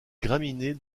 graminées